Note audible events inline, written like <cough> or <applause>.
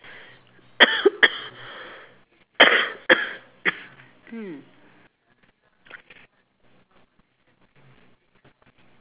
<coughs>